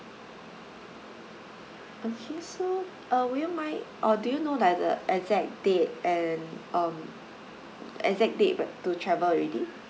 okay so uh would you mind or do you know like the exact date and um exact date b~ to travel already